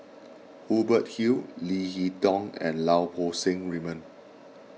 Hubert Hill Leo Hee Tong and Lau Poo Seng Raymond